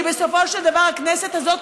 כי בסופו של דבר הכנסת הזאת,